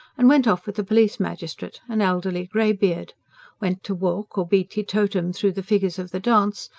and went off with the police magistrate, an elderly greybeard went to walk or be teetotumed through the figures of the dance,